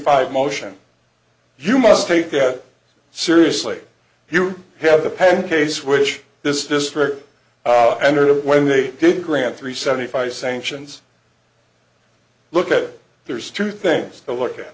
five motion you must take that seriously you have the pen case which this district and when they do grant three seventy five sanctions look at it there's two things to look at